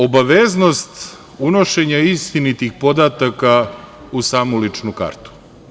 To je obaveznost unošenja istinitih podataka u samu ličnu kartu.